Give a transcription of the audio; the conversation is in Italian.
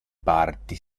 parti